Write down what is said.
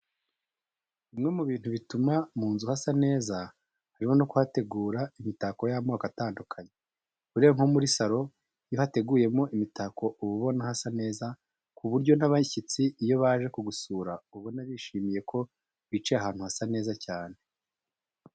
Bimwe mu bintu bituma mu nzu hasa neza harimo no kuhategura imitako y'amoko atandukanye. Buriya nko muri saro iyo hateguyemo imitako uba ubona hasa neza ku buryo n'abashyitsi iyo baje kugusura ubona bishimiye ko bicaye ahantu hasa neza cyane.